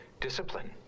discipline